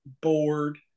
bored